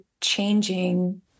changing